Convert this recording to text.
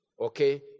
Okay